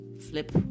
flip